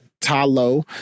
Talo